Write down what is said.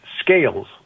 scales